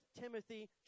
Timothy